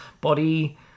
body